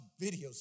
videos